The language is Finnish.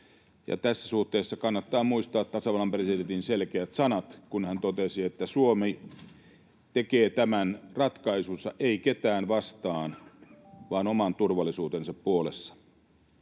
tässä suhteessa kannattaa muistaa tasavallan presidentin selkeät sanat, kun hän totesi, että Suomi tekee tämän ratkaisunsa ei ketään vastaan vaan oman turvallisuutensa puolesta.